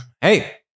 hey